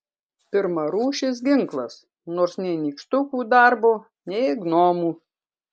pirmarūšis ginklas nors nei nykštukų darbo nei gnomų